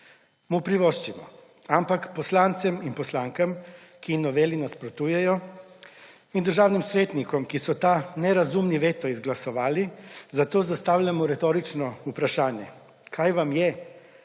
Mu privoščimo! Ampak poslankam in poslancem, ki noveli nasprotujejo, in državnim svetnikom, ki so ta nerazumni veto izglasovali, zato zastavljamo retorično vprašanje: Kaj vam je,